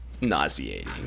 nauseating